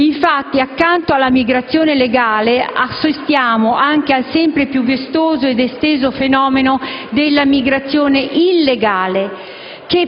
Infatti, accanto alla migrazione legale, assistiamo anche al sempre più vistoso ed esteso fenomeno della migrazione illegale